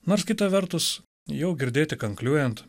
nors kita vertus jau girdėti kankliuojant